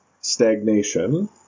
stagnation